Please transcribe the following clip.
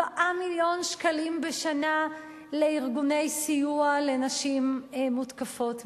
4 מיליון שקלים בשנה לארגוני סיוע לנשים מותקפות מינית.